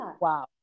wow